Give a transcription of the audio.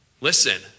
Listen